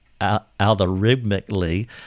algorithmically